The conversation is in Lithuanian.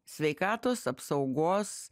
sveikatos apsaugos